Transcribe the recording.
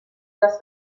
das